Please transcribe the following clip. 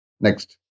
Next